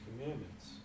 commandments